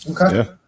Okay